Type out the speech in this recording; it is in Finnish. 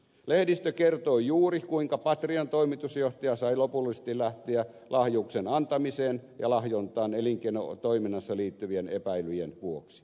lehdistö kertoi juuri kuinka patrian toimitusjohtaja sai lopullisesti lähteä lahjuksen antamiseen ja lahjontaan elinkeinotoiminnassa liittyvien epäilyjen vuoksi